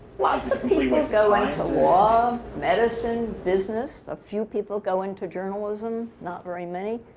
lots of people go into law, medicine, business, a few people go into journalism, not very many.